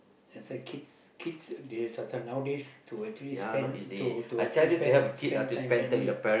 that's why kids kids these nowadays to actually spend to to actually spend spend time family